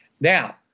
Now